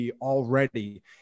already